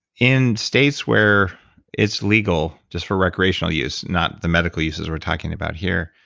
in states where it's legal, just for recreational use, not the medical uses we're talking about here,